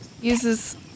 uses